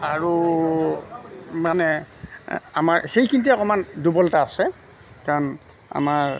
আৰু মানে আমাৰ সেইখিনিতে অকমান দুৰ্বলতা আছে কাৰণ আমাৰ